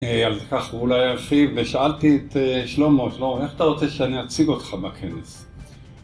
על כך ואולי ארחיב, ושאלתי את שלמה: שלמה, איך אתה רוצה שאני אציג אותך בכנס?